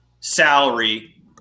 salary